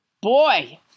Boy